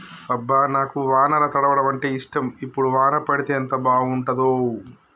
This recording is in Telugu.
అబ్బ నాకు వానల తడవడం అంటేఇష్టం ఇప్పుడు వాన పడితే ఎంత బాగుంటాడో